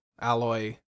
alloy